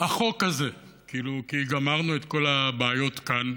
החוק הזה, כי גמרנו את כל הבעיות כאן,